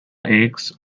eggs